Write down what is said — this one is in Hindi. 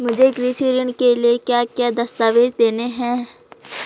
मुझे कृषि ऋण के लिए क्या क्या दस्तावेज़ देने हैं?